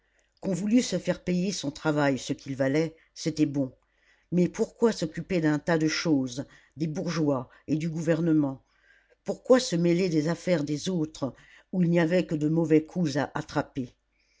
qu'on voulût se faire payer son travail ce qu'il valait c'était bon mais pourquoi s'occuper d'un tas de choses des bourgeois et du gouvernement pourquoi se mêler des affaires des autres où il n'y avait que de mauvais coups à attraper